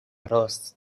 رآس